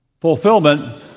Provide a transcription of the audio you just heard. fulfillment